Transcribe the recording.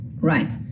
right